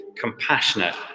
compassionate